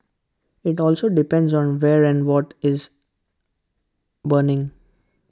IT also depends on where and what is burning